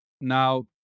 Now